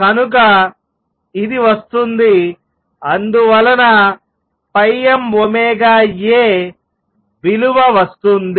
కనుక ఇది వస్తుంది అందువలన mωA విలువ వస్తుంది